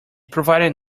provided